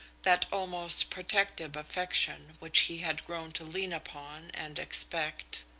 that almost protective affection which he had grown to lean upon and expect.